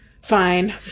Fine